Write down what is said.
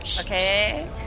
okay